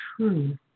true